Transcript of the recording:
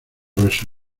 grueso